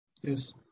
Yes